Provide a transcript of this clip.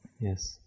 yes